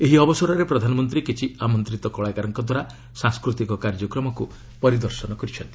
ଏହି ଅବସରରେ ପ୍ରଧାନମନ୍ତ୍ରୀ କିଛି ଆମନ୍ତ୍ରୀତ କଳାକାରଙ୍କ ଦ୍ୱାରା ସାଂସ୍କୃତିକ କାର୍ଯ୍ୟକ୍ରମକୁ ପରିଦର୍ଶନ କରିଛନ୍ତି